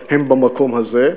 התשע-עשרה הם במקום הזה.